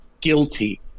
guilty